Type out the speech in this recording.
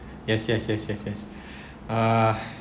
yes yes yes yes yes uh